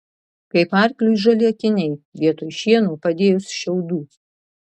kaip arkliui žali akiniai vietoj šieno padėjus šiaudų